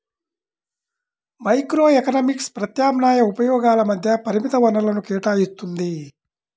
microeconomics ప్రత్యామ్నాయ ఉపయోగాల మధ్య పరిమిత వనరులను కేటాయిత్తుంది